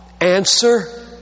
Answer